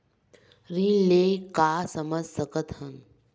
ऋण ले का समझ सकत हन?